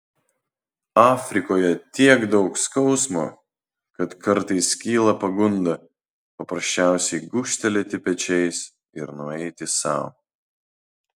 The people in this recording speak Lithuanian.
afrikoje tiek daug skausmo kad kartais kyla pagunda paprasčiausiai gūžtelėti pečiais ir nueiti sau